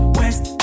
west